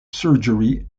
surgery